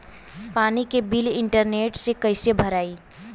पानी के bill internet से कइसे भराई?